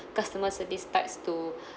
customer service starts to